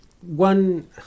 one